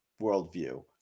worldview